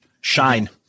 Shine